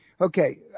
Okay